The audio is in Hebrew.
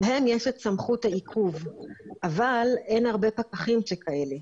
להם יש את סמכות העיכוב, אבל אין הרבה פקחים כאלה.